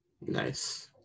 Nice